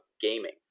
gaming